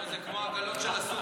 לא, זה כמו העגלות של הסופר.